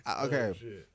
Okay